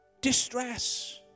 distress